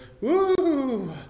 Woo